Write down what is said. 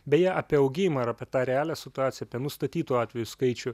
beje apie augimą ir apie tą realią situaciją apie nustatytų atvejų skaičių